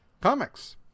Comics